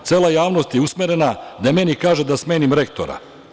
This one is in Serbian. Cela javnost je usmerena da meni kaže da smenim rektora.